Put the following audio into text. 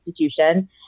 institution